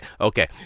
Okay